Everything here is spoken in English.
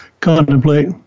contemplate